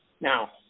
Now